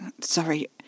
Sorry